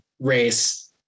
race